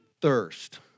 thirst